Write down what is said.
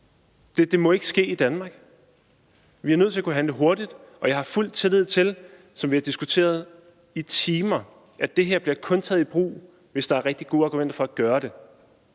Det må ikke ske i Danmark. Vi er nødt til at kunne handle hurtigt, og jeg har fuld tillid til, som vi har diskuteret i timer, at det her kun bliver taget i brug, hvis der er rigtig gode argumenter for at gøre det.